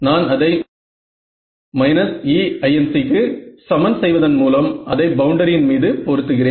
நான் அதை Einc க்கு சமன் செய்வதன் மூலம் அதை பவுண்டரியின் மீது பொருத்துகிறேன்